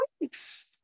weeks